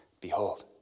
behold